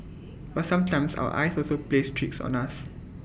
but sometimes our eyes also plays tricks on us